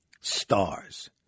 Stars